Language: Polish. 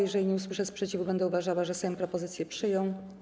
Jeżeli nie usłyszę sprzeciwu, będę uważała, że Sejm propozycję przyjął.